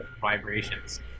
vibrations